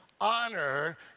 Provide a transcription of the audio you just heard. Honor